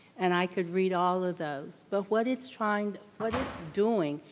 and i could read all of those, but what it's trying, what it's doing,